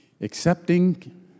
Accepting